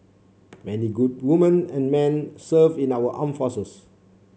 many good women and men serve in our arm forces